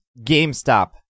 gamestop